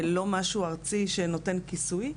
לא משהו ארצי שנותן כיסוי,